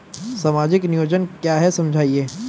सामाजिक नियोजन क्या है समझाइए?